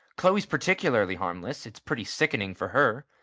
chloe's particularly harmless. it's pretty sickening for her.